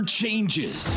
changes